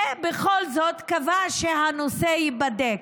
ובכל זאת קבע שהנושא ייבדק.